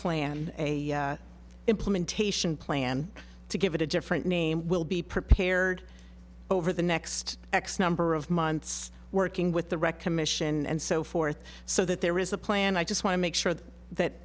plan implementation plan to give it a different name will be prepared over the next x number of months working with the recognition and so forth so that there is a plan i just want to make sure that